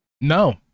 No